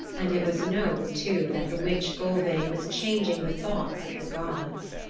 and it was known, too, that the witch gulveig was changing the thoughts of the gods.